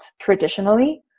traditionally